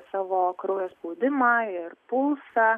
savo kraujo spaudimą ir pulsą